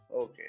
Okay